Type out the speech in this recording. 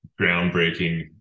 groundbreaking